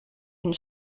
une